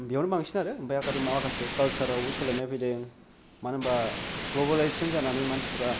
बेयावनो बांसिन आरो ओमफ्राय आकार माखासे कालसारआवबो सोलायनाय फैदों मानो होनबा ग्लबेलाइजेसन जानानै मानसिफ्रा